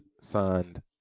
signed